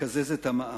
לקזז את המע"מ.